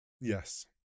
Yes